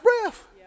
breath